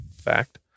fact